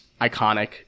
iconic